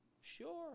Sure